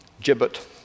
gibbet